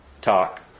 talk